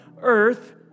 earth